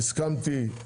הסכמתי,